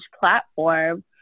platform